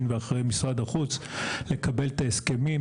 ואחרי משרד החוץ כדי לקבל את ההסכמים.